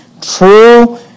true